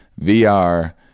VR